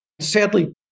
Sadly